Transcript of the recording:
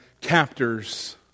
captors